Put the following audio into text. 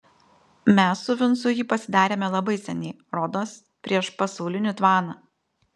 mes su vincu jį pasidarėme labai seniai rodos prieš pasaulinį tvaną